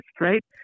right